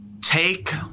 take